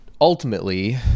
ultimately